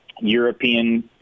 European